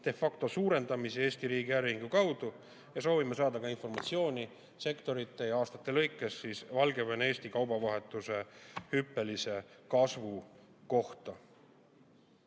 factosuurendamisega Eesti riigi äriühingu kaudu, ja soovime saada informatsiooni sektorite ja aastate lõikes Valgevene-Eesti kaubavahetuse hüppelise kasvu kohta.